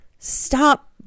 Stop